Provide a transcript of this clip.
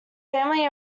family